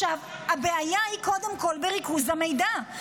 הבעיה היא קודם כול בריכוז המידע.